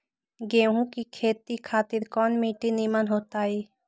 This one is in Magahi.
गेंहू की खेती खातिर कौन मिट्टी निमन हो ताई?